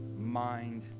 mind